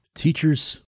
Teachers